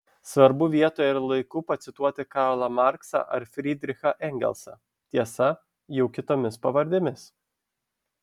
svarbu vietoje ir laiku pacituoti karlą marksą ir frydrichą engelsą tiesa jau kitomis pavardėmis